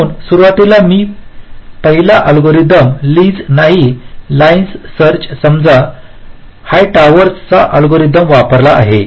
म्हणून सुरुवातीला मी पहिला अल्गोरिदम लीसLee's नाही लाइन सर्च समजा हायटॉवरसHightower's चा अल्गोरिदम वापरला आहे